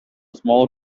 small